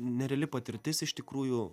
nereali patirtis iš tikrųjų